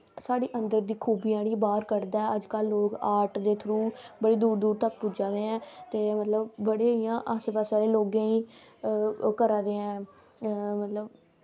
साढ़ी अन्दर दी खूबियां जेह्ड़ियां बाह्र कढदा ऐ अजकल आर्ट दे थ्रू बड़ी दूर दूर तक पुज्जा दे ऐं ते मतलव बड़े इयां आस्से पास्से आह्लैं लोगें ई करा दे ऐं मतलव